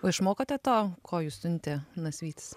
o išmokote to ko jus siuntė nasvytis